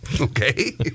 okay